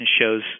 shows